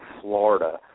Florida